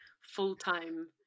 full-time